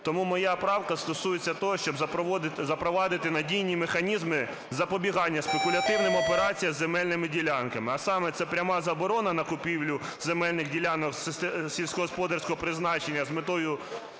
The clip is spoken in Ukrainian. Тому моя правка стосується того, щоб запровадити надійні механізми запобігання спекулятивним операціям із земельними ділянками. А саме це пряма заборона на купівлю земельних ділянок сільськогосподарського призначення з метою